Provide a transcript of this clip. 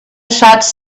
shots